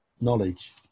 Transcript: knowledge